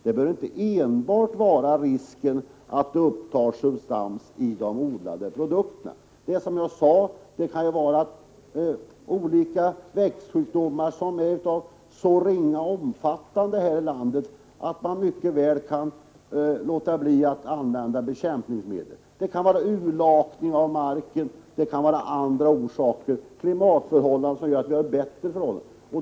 Det bör inte enbart vara risken att de odlade produkterna upptar substanser. Det kan, som jag sade, röra sig om olika växtsjukdomar som är av så ringa omfattning här i landet att man mycket väl kan låta bli att använda bekämpningsmedel. Det kan bero på urlakning av marken, klimatförhållanden och andra orsaker som gör att vi har en bättre situation.